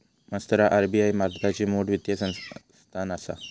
मास्तरा आर.बी.आई भारताची मोठ वित्तीय संस्थान आसा